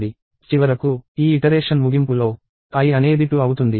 చివరకు ఈ ఇటరేషన్ ముగింపులో i అనేది 2 అవుతుంది